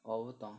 我不懂